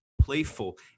playful